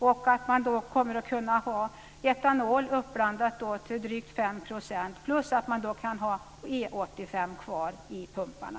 Man kommer då att kunna ha etanol uppblandad till drygt 5 % plus att man kan ha E 85 kvar i pumparna.